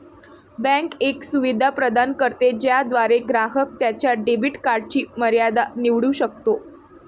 bank एक सुविधा प्रदान करते ज्याद्वारे ग्राहक त्याच्या डेबिट कार्डची मर्यादा निवडू शकतो